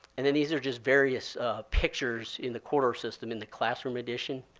and then these are just various pictures in the corridor system in the classroom edition